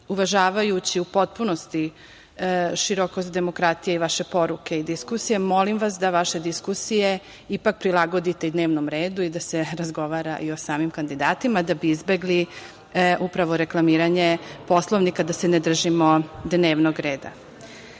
uvažavajući u potpunosti širokost demokratije i vaše poruke i diskusije, molim vas da vaše diskusije ipak prilagodite dnevnom redu i da se razgovara i o samim kandidatima, da bi izbegli upravo reklamiranje Poslovnika, da se ne držimo dnevnog